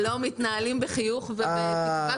ולא מתנהלים בחיוך ובתקווה טובה.